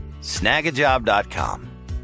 snagajob.com